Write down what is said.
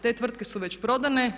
Te tvrtke su već prodane.